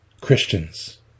Christians